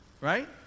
right